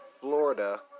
Florida